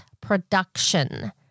Production